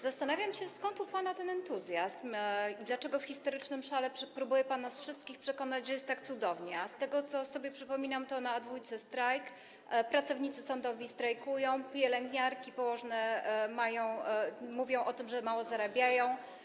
Zastanawiam się, skąd u pana ten entuzjazm i dlaczego w histerycznym szale próbuje pan nas wszystkich przekonać, że jest tak cudownie, a jak sobie przypominam, to na A2 trwa strajk, pracownicy sądowi strajkują, pielęgniarki, położne mówią o tym, że mało zarabiają.